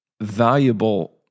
valuable